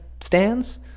stands